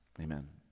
Amen